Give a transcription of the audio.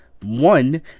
One